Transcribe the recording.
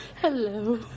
Hello